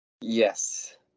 Yes